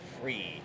free